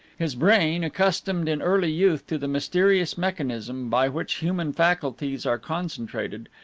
his brain, accustomed in early youth to the mysterious mechanism by which human faculties are concentrated,